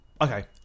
Okay